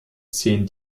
zählen